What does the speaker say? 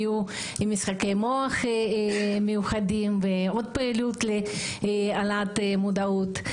יהיו משחקי מוח מיוחדים ועוד פעילות להעלאת מודעות.